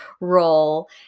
role